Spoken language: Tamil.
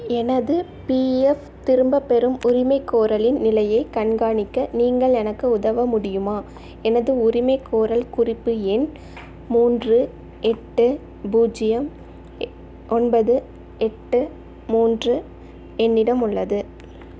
எனது பிஎஃப் திரும்பப் பெறும் உரிமைகோரலின் நிலையைக் கண்காணிக்க நீங்கள் எனக்கு உதவ முடியுமா எனது உரிமைகோரல் குறிப்பு எண் மூன்று எட்டு பூஜ்ஜியம் எ ஒன்பது எட்டு மூன்று என்னிடம் உள்ளது